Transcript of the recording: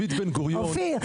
אופיר,